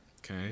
okay